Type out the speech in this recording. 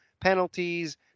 penalties